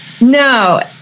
No